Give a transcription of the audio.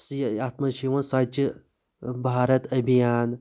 اتھ منٛز چھ یِوان سۄچہِ بھارَت ابھیان